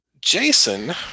Jason